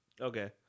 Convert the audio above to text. Okay